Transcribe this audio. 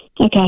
Okay